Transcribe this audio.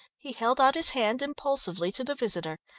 he held out his hand impulsively to the visitor,